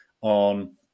on